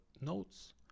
notes